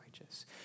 righteous